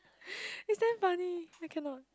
it's damn funny I cannot